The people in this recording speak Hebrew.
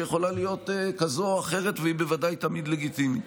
שיכולה להיות כזאת או אחרת והיא בוודאי תמיד לגיטימית.